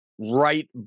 right